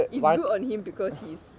is good on him because he's